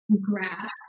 grasp